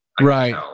Right